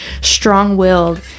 strong-willed